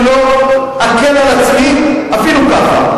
ואני לא אקל על עצמי אפילו ככה,